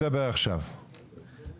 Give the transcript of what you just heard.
שבוע לפני השחרור שלו תראו את הדבר המדהים הזה,